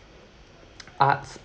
arts